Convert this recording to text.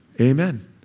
Amen